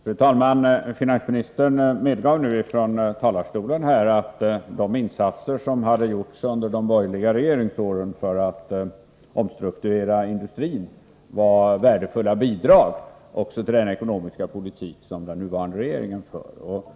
Fru talman! Finansministern medgav nu från talarstolen att de insatser som gjorts under de borgerliga regeringsåren för att omstrukturera industrin också varit värdefulla bidrag till den ekonomiska politik som den nuvarande regeringen för.